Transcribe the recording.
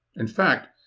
in fact,